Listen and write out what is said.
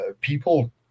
people